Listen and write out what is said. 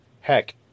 Heck